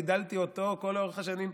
גידלתי אותו לכל אורך השנים.